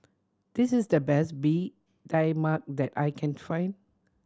this is the best Bee Tai Mak that I can find